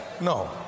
No